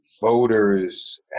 voters